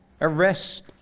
arrest